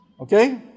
Okay